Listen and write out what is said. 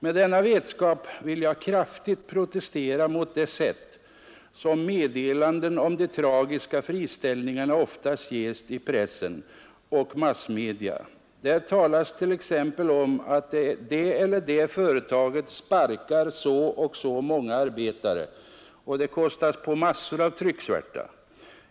Med denna vetskap vill jag kraftigt protestera mot det sätt som meddelanden om de tragiska friställningarna ofta ges i press och massmedia, Där talas t.ex. om att det eller det företaget sparkar så och så många arbetare, och det kostas på massor av trycksvärta.